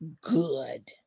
good